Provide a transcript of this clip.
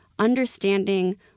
Understanding